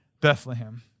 Bethlehem